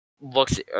looks